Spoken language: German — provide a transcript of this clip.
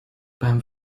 beim